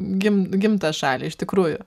gim gimtą šalį iš tikrųjų